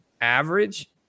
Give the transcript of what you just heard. average